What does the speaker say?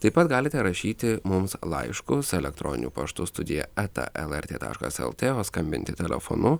taip pat galite rašyti mums laiškus elektroniniu paštu studija eta lrt taškas lt o skambinti telefonu